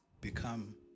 become